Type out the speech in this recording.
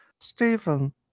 Stephen